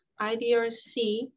IDRC